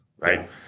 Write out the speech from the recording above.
Right